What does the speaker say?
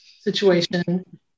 situation